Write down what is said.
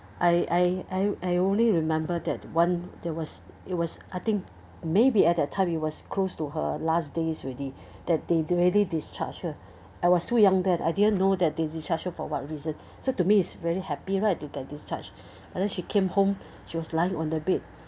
I I I I only remember that one there was it was I think maybe at that time it was close to her last days already that they already discharge her I was too young that I didn't know that they discharged her for what reason so to me is very happy right to that discharge but then she came home she was lying on the bed